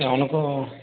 তেওঁলোকক